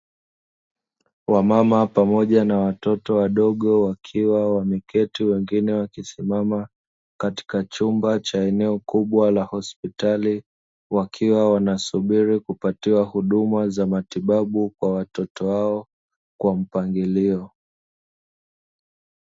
Wamama pamoja na watoto wadogo wakiwa wameketi wengine wakisimama katika chumba cha eneo kubwa la hospitali wakiwa wanasubiri kupatiwa huduma za matibabu kwa watoto wao kwa mpangilio.